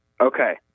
Okay